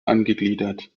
angegliedert